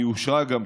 והיא אושרה גם,